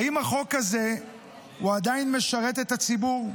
האם החוק הזה עדיין משרת את הציבור?